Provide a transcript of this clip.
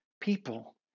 people